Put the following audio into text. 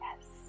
yes